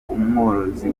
umworozi